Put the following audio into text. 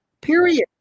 Period